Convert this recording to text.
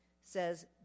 says